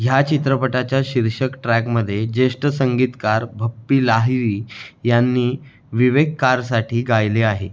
ह्या चित्रपटाच्या शीर्षक ट्रॅकमध्ये ज्येष्ठ संगीतकार भप्पी लाहिरी यांनी विवेक कारसाठी गायले आहे